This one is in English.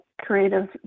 creative